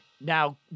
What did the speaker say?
Now